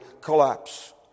collapse